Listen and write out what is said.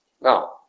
Now